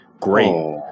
great